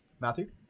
Matthew